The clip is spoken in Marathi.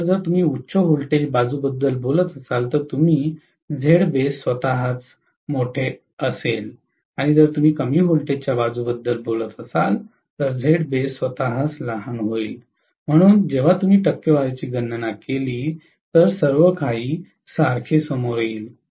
तर जर तुम्ही उच्च व्होल्टेज बाजूबद्दल बोलत असाल तर तुम्ही Zbase स्वतःच मोठे असेल आणि जर तुम्ही कमी व्होल्टेजच्या बाजूबद्दल बोलत असाल तर Zbase स्वतःच लहान होईल म्हणून जेव्हा तुम्ही टक्केवारीची गणना केली तर सर्व काही सारखे समोर येईल